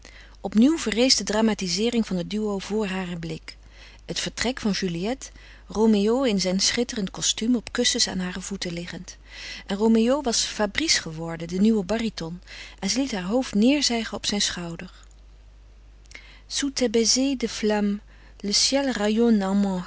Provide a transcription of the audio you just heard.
opnieuw verrees de dramatizeering van het duo voor haren blik het vertrek van juliette roméo in zijn schitterend kostuum op kussens aan hare voeten liggend en roméo was fabrice geworden de nieuwe baryton en zij liet haar hoofd neêrzijgen op zijn schouder